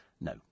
No